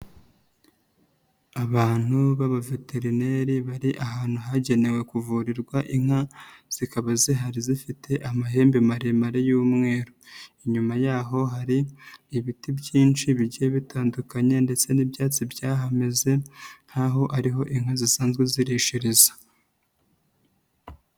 Abantu b'abaveterineri bari ahantu hagenewe kuvurirwa inka zikaba zihari zifite amahembe maremare y'umweru, inyuma y'aho hari ibiti byinshi bigiye bitandukanye ndetse n'ibyatsi byahameze nk'aho ari ho inka zisanzwe zirishiriza.